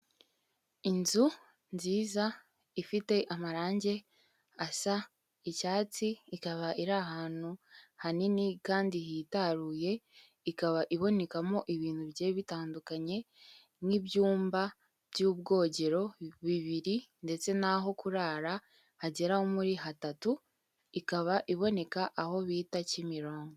Inzu nziza ifite amarange asa icyatsi, ikaba iri ahantu hanini kandi hitaruye, ikaba ibonekamo ibintu bigiye bitandukanye nk'ibyumba by'ubwogero bibiri ndetse naho kurara hagera muri hatatu, ikaba iboneka aho bita Kimironko.